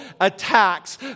attacks